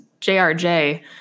JRJ